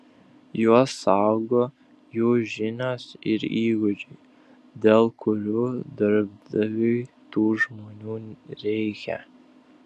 juos saugo jų žinios ir įgūdžiai dėl kurių darbdaviui tų žmonių reikia